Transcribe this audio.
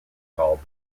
call